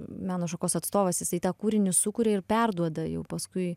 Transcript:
meno šakos atstovas jisai tą kūrinį sukuria ir perduoda jau paskui